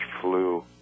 flu